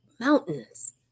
mountains